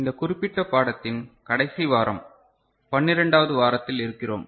இந்த குறிப்பிட்ட பாடத்தின் கடைசி வாரம் 12 வது வாரத்தில் இருக்கிறோம்